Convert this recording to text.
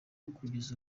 kugeza